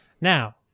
Now